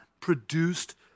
produced